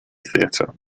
theater